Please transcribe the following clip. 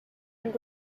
and